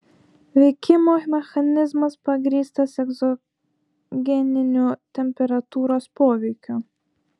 veikimo mechanizmas pagrįstas egzogeniniu temperatūros poveikiu